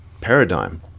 paradigm